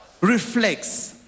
Reflects